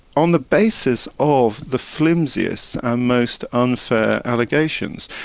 on the basis of the flimsiest and most unfair allegations.